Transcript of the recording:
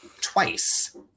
twice